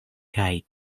kaj